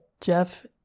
Jeff